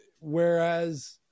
whereas